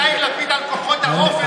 תגיד ליאיר לפיד מה זה כוחות האופל.